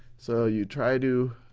so, you try to